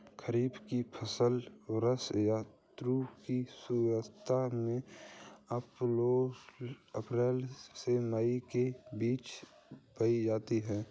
खरीफ की फसलें वर्षा ऋतु की शुरुआत में अप्रैल से मई के बीच बोई जाती हैं